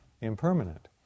impermanent